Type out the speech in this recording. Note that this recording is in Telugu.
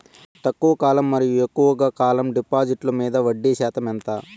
తక్కువ కాలం మరియు ఎక్కువగా కాలం డిపాజిట్లు మీద వడ్డీ శాతం ఎంత?